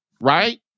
right